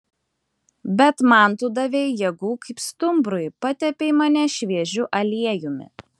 bet man tu davei jėgų kaip stumbrui patepei mane šviežiu aliejumi